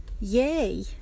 Yay